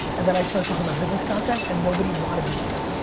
and then i started talking about business content and nobody wanted me to.